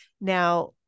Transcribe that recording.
Now